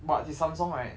but he's samsung right